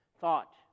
thought